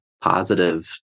positive